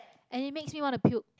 and it makes me want to puke